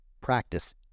practice